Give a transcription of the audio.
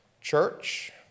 Church